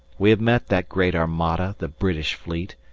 we have met that great armada the british fleet,